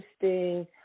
interesting